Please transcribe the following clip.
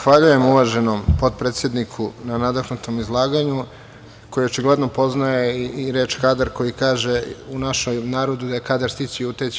Zahvaljujem, uvaženom potpredsedniku na nadahnutom izlaganju koji očigledno poznaje i reč „kadar“ koji kaže u našem narodu da je „kadar stići i uteći“